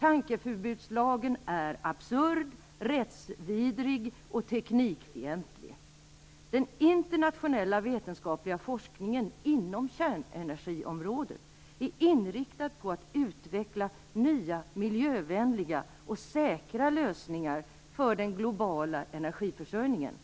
Tankeförbudslagen är absurd, rättsvidrig och teknikfientlig. Den internationella vetenskapliga forskningen inom kärnenergiområdet är inriktad på att utveckla nya miljövänliga och säkra lösningar för den globala energiförsörjningen.